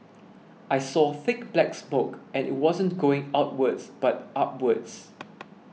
I saw thick black smoke and it wasn't going outwards but upwards